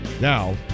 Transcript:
Now